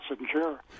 secure